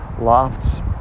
lofts